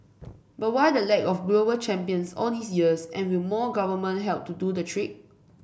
but why the lack of global champions all these years and will more government help to do the trick